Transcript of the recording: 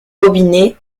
robinet